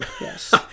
Yes